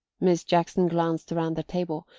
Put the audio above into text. miss jackson glanced around the table,